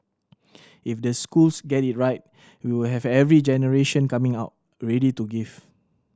if the schools get it right we will have every generation coming out ready to give